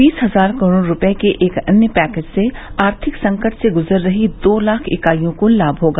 बीस हजार करोड़ रुपए के एक अन्य पैकेज से आर्थिक संकट से गुजर रही दो लाख इकाइयों को लाभ होगा